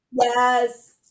Yes